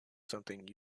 something